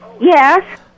Yes